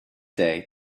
day